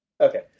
Okay